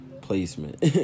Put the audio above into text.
placement